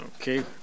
Okay